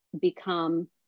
become